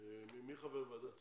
מי חבר ועדת כספים?